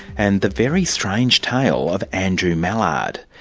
and the very strange tale of andrew mallard.